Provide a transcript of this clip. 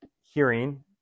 hearing